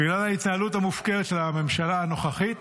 בגלל ההתנהלות המופקרת של הממשלה הנוכחית